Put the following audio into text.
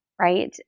right